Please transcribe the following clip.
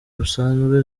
busanzwe